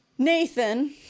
Nathan